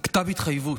כתב התחייבות,